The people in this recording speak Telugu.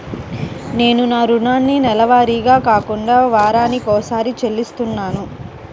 నేను నా రుణాన్ని నెలవారీగా కాకుండా వారానికోసారి చెల్లిస్తున్నాను